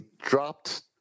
dropped